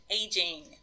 aging